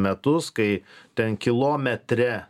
metus kai ten kilometre